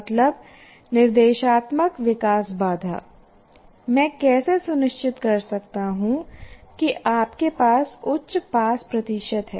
मतलब निर्देशात्मक विकास बाधा मैं कैसे सुनिश्चित कर सकता हूं कि आपके पास उच्च पास प्रतिशत है